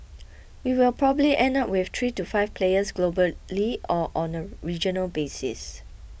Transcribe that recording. we will probably end up with three to five players globally or on a regional basis